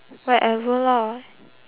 whatever lah